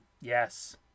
Yes